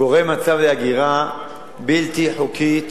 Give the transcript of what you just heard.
והמצב הזה גורם להגירה בלתי חוקית